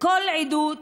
כל עדות